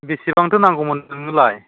बेसेबांथो नांगौमोन नोंनोलाय